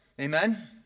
Amen